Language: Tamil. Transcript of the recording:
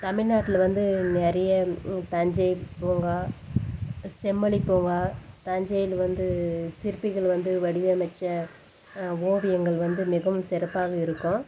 தமிழ்நாட்டில் வந்து நிறைய தஞ்சை பூங்கா செம்மொழி பூங்கா தஞ்சையில் வந்து சிற்பிகள் வந்து வடிவமைத்த ஓவியங்கள் வந்து மிகவும் சிறப்பாக இருக்கும்